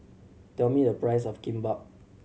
tell me the price of Kimbap